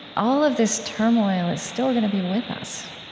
all of this turmoil is still going to be with us.